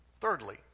Thirdly